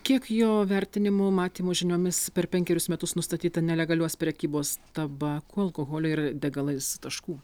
kiek jo vertinimu matymo žiniomis per penkerius metus nustatyta nelegalios prekybos tabako alkoholio ir degalais taškų